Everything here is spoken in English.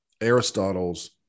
aristotle's